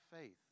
faith